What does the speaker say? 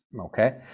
Okay